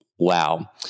Wow